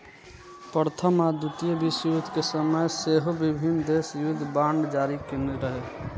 प्रथम आ द्वितीय विश्वयुद्ध के समय सेहो विभिन्न देश युद्ध बांड जारी केने रहै